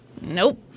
Nope